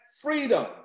freedom